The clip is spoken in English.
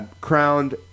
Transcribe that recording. crowned